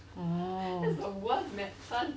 oh